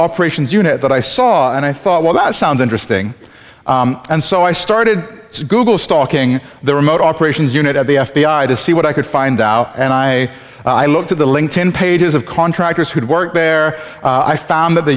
operations unit that i saw and i thought well that sounds interesting and so i started to google stalking the remote operations unit of the f b i to see what i could find out and i i looked at the link ten pages of contractors who did work there i found th